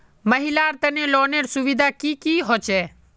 महिलार तने लोनेर सुविधा की की होचे?